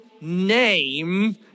name